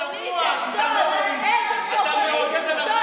אתה צבוע, זה פופוליזם זול.